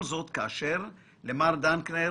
כל זאת כאשר מר דנקנר